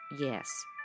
yes